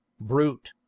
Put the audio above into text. brute